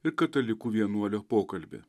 ir katalikų vienuolio pokalbį